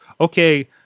okay